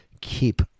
keep